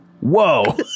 Whoa